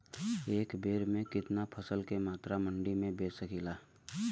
एक बेर में कितना फसल के मात्रा मंडी में बेच सकीला?